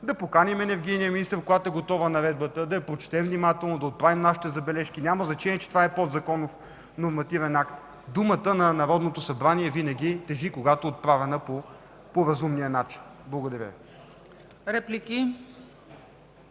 да поканим енергийния министър, когато е готова наредбата, да я прочетем внимателно, да отправим нашите забележки. Няма значение, че това е подзаконов нормативен акт. Думата на Народното събрание винаги тежи, когато е отправена по разумния начин. Благодаря.